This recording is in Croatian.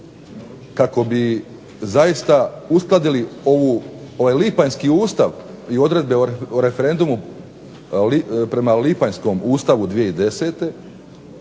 kako bi zaista uskladili ovaj lipanjski ustav i odredbe o referendumu prema lipanjskom ustavu 2010.,